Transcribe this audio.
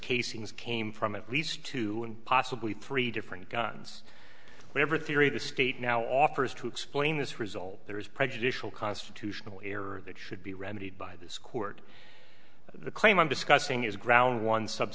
casings came from at least two and possibly three different guns whatever theory the state now offers to explain this result there is prejudicial constitutional error that should be remedied by this court the claim i'm discussing is ground one sub